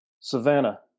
Savannah